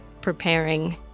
preparing